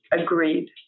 Agreed